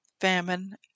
famine